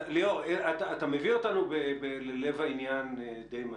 ליאור, אתה מביא אותנו ללב העניין די מהר.